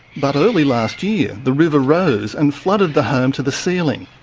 but early last year the river rose and flooded the home to the ceiling.